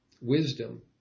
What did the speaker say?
wisdom